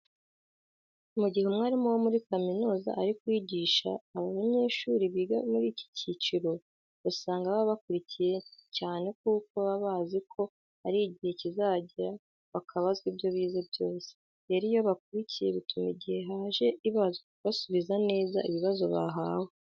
Mu gihe umwarimu wo muri kaminuza ari kwigisha aba banyeshuri biga muri iki cyiciro, usanga baba bakurikiye cyane kuko baba bazi ko hari igihe kizagera bakabazwa ibyo bize byose. Rero iyo bakurikiye bituma igihe haje ibazwa basubiza neza ibibazo bahawe.